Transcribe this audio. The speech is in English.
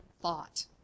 thought